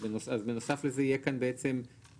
אז בנוסף לזה יהיה כאן בעצם שהיידוע,